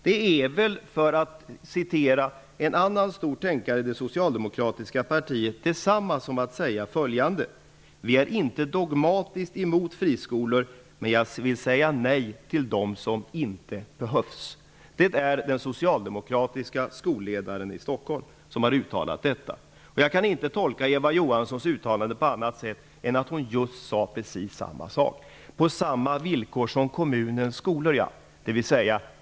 Det är väl, för att citera en annan stor tänkare i det socialdemokratiska partiet, detsamma som att säga föjande: ''Vi är inte dogmatiskt emot friskolor, men jag vill säga nej till dem som inte behövs.'' Det är den socialdemokratiska skolledaren i Stockholm som har uttalat detta. Jag kan inte tolka Eva Johanssons uttalande på annat sätt än att hon just sade precis samma sak. Hon sade: På samma villkor som kommunens skolor.